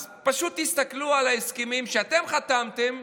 אז פשוט תסתכלו על ההסכמים שאתם חתמתם,